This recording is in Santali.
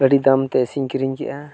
ᱟᱹᱰᱤᱫᱟᱢᱛᱮ ᱮᱥᱤᱧ ᱠᱤᱨᱤᱧ ᱠᱮᱜᱼᱟ